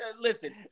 listen